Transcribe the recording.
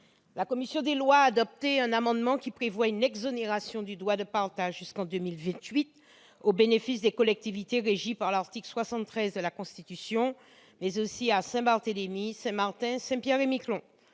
La commission des lois a adopté un amendement qui prévoit une exonération de droit de partage jusqu'en 2028 des immeubles situés dans les collectivités régies par l'article 73 de la Constitution, ainsi qu'à Saint-Barthélemy, Saint-Martin et Saint-Pierre-et-Miquelon.